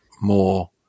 more